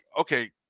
okay